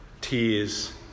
tears